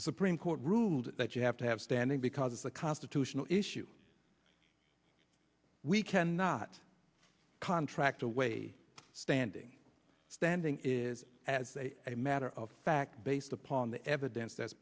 the supreme court ruled that you have to have standing because it's a constitutional issue we cannot contract away standing standing is as a matter of fact based upon the evidence that